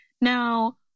Now